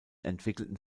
entwickelten